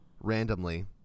randomly